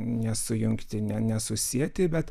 nesujungti ne nesusieti bet